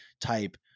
type